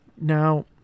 Now